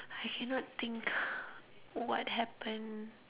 I cannot think what happen